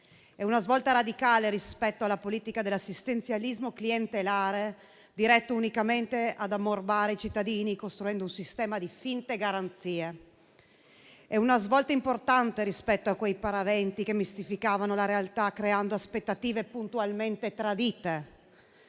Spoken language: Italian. È una svolta radicale rispetto alla politica dell'assistenzialismo clientelare diretto unicamente ad ammorbare i cittadini, costruendo un sistema di finte garanzie. È una svolta importante rispetto ai paraventi che mistificavano la realtà creando aspettative puntualmente tradite.